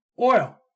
Oil